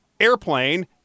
airplane